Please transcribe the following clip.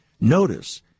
Notice